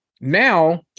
now